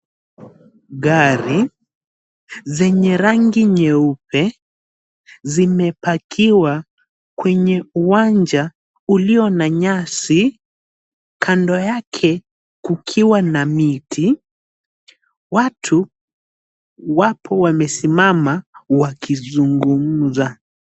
Gari zenye rangi nyeupe zimepakiwa kwenye uwanja ulio na nyasi, kando yake kukiwa na miti. Watu wapo wamesimama wakizungumza.